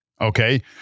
Okay